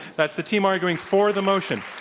that's the team arguing for the motion.